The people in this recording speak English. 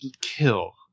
kill